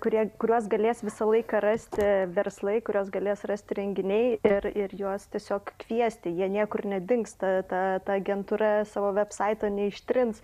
kurie kuriuos galės visą laiką rasti verslai kuriuos galės rasti renginiai ir ir juos tiesiog kviesti jie niekur nedingsta ta ta agentūra savo vebsaito neištrins